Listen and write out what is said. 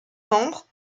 membres